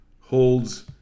holds